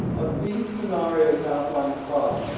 of these scenarios outlined above,